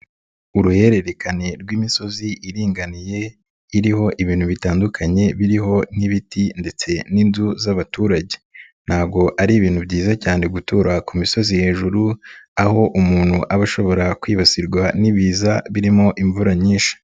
Uruhererekane rw'imisozi iringaniye iriho ibintu bitandukanye biriho n'ibiti ndetse n'inzu z'abaturage, ntago ari ibintu byiza cyane gutura ku misozi hejuru aho umuntu aba ashobora kwibasirwa n'ibiza birimo imvura nyinshi.